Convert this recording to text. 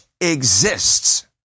exists